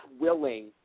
willing